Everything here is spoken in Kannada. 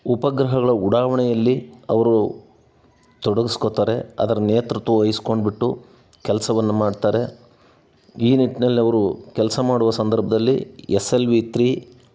ಉಪಗ್ರಹಗಳ ಉಡಾವಣೆಯಲ್ಲಿ ಅವರು ತೊಡಗಿಸ್ಕೊಳ್ತಾರೆ ಅದ್ರ ನೇತೃತ್ವ ವಹಿಸ್ಕೊಂಡ್ಬಿಟ್ಟು ಕೆಲಸವನ್ನು ಮಾಡ್ತಾರೆ ಈ ನಿಟ್ನಲ್ಲಿ ಅವರು ಕೆಲಸ ಮಾಡುವ ಸಂದರ್ಭದಲ್ಲಿ ಎಸ್ ಎಲ್ ವಿ ತ್ರೀ